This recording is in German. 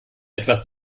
etwas